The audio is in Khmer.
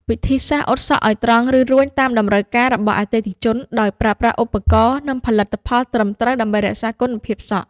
វិធីសាស្រ្តអ៊ុតសក់ឱ្យត្រង់ ឬរួញតាមតម្រូវការរបស់អតិថិជន ដោយប្រើប្រាស់ឧបករណ៍ និងផលិតផលត្រឹមត្រូវដើម្បីរក្សាគុណភាពសក់។